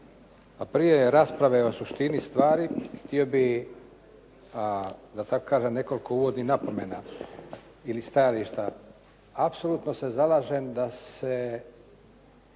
prije rasprave o suštini stvari htio bih da tako kažem nekoliko uvodnih napomena ili stajališta. Apsolutno se zalažem da se